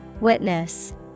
Witness